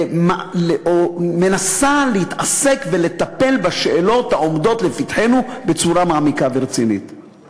או מנסה להתעסק ולטפל בצורה מעמיקה ורצינית בשאלות העומדות לפתחנו.